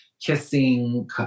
kissing